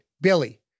Billy